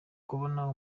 kubona